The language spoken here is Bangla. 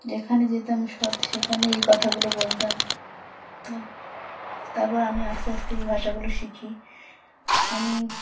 যেখানে যেতাম স সেখানে এই কথাগুলো বলতাম তার তারপর আমি আস্তে আস্তে এই ভাষাগুলো শিখি আমি